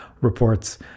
reports